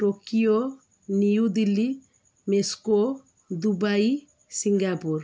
Tokyo New Delhi Moscow Dubai Singapore